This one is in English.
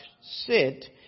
sit